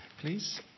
please